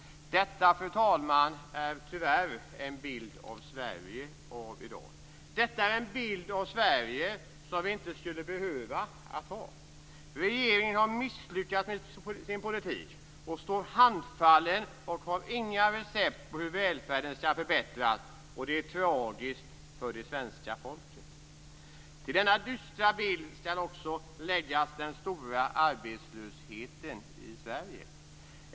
Detta, fru talman, är tyvärr en bild av Sverige av i dag. Detta är en bild av Sverige som vi inte skulle behöva ha. Regeringen har misslyckats med sin politik, står handfallen och har inga recept på hur välfärden skall förbättras. Det är tragiskt för det svenska folket. Till denna dystra bild skall också läggas den stora arbetslösheten i Sverige.